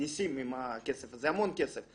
ניסים עם הכסף הזה, המון כסף.